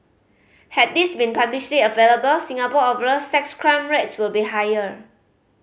had these been publicly available Singapore overall sex crime rates will be higher